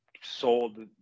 sold